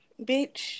Bitch